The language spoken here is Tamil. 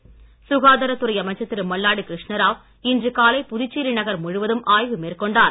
மல்லாடி சுகாதாரத்துறை அமைச்சர் திரு மல்லாடி கிருஷ்ணாராவ் இன்று காலை புதுச்சேரி நகர் முழுவதும் ஆய்வு மேற்கொண்டார்